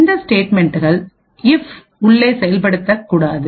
இந்த ஸ்டேட்மெண்ட்கள்இப் உள்ளே செயல்படுத்தக்கூடாது